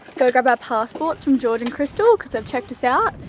go grab our passports from george and crystal cause they've checked us out,